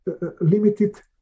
limited